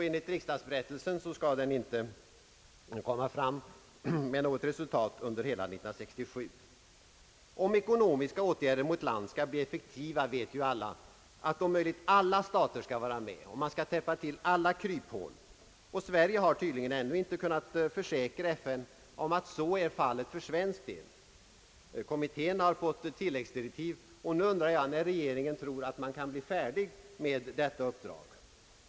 Enligt riksdagsberättelsen skall den inte komma fram med något resultat under hela år 1967. Om ekonomiska åtgärder mot ett land skall bli effektiva behövs det, som ju alla vet, medverkan från om möjligt alla stater och att dessa täpper till alla kryphål. Sverige har tydligen ännu inte kunnat försäkra FN om att så är fallet för svensk del. Kommittén har fått tilläggsdirektiv. Nu undrar jag när regeringen tror att kommittén kan bli färdig med sitt uppdrag.